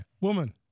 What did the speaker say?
Woman